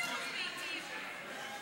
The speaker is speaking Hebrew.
ועדת החוץ והביטחון וועדת החוקה,